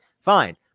fine